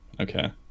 Okay